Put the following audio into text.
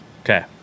Okay